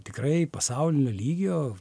tikrai pasaulinio lygio